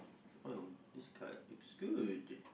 uh this card looks good